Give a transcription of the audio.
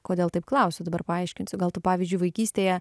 kodėl taip klausiu dabar paaiškinsiu gal tu pavyzdžiui vaikystėje